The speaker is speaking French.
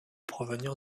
provenir